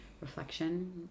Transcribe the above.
reflection